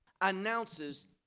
announces